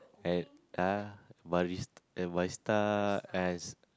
I ah bari~ barista as